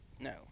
No